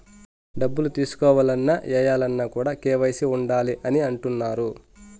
డబ్బులు తీసుకోవాలన్న, ఏయాలన్న కూడా కేవైసీ ఉండాలి అని అంటుంటారు